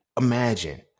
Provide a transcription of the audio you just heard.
Imagine